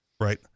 right